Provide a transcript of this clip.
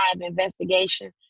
investigation